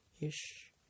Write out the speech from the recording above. ish